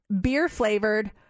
beer-flavored